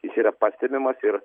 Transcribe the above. jis yra pastebimas ir